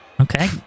Okay